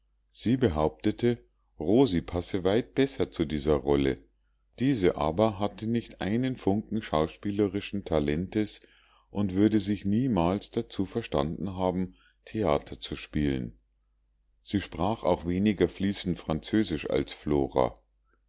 sie behauptete rosi passe weit besser zu dieser rolle diese aber hatte nicht einen funken schauspielerischen talentes und würde sich niemals dazu verstanden haben theater zu spielen sie sprach auch weniger fließend französisch als flora